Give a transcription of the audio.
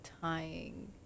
tying